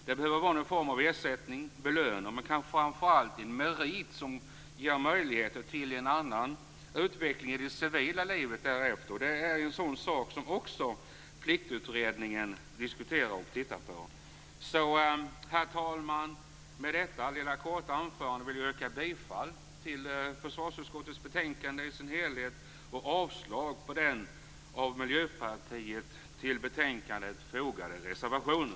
Det behöver vara någon form av ersättning, belöning, men kanske framför allt kanske en merit som ger möjligheter till en annan utveckling i det civila livet därefter. Det är något som Pliktutredningen diskuterar. Herr talman! Med detta lilla korta anförande vill jag yrka bifall till hemställan i försvarsutskottets betänkande i dess helhet och avslag på den av Miljöpartiet till betänkandet fogade reservationen.